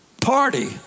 party